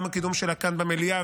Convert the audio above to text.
גם בקידום שלה כאן במליאה,